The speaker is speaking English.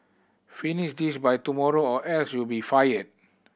finish this by tomorrow or else you'll be fired